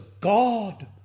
God